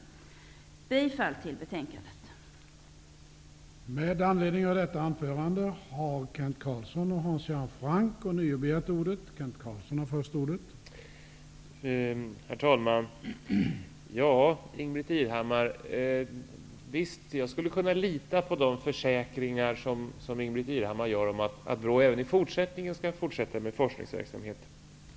Jag yrkar bifall till hemställan i betänkandet